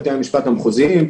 בתי המשפט המחוזיים,